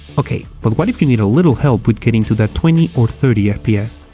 ok, but what if you need a little help with getting to that twenty or thirty fps.